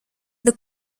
the